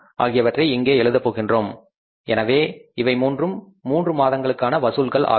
ஆகியவற்றை இங்கே எழுதப் போகிறோம் அல்லவா எனவே இவை மூன்றும் மூன்று மாதத்திற்கான வசூல்கள் ஆகும்